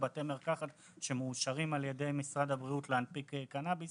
בתי מרקחת מאושרים על ידי משרד הבריאות להנפיק קנאביס,